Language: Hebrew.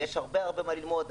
יש הרבה מה ללמוד.